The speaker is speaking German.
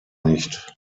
nicht